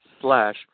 slash